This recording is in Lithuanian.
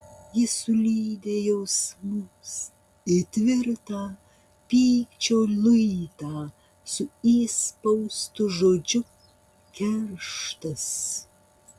ji sulydė jausmus į tvirtą pykčio luitą su įspaustu žodžiu kerštas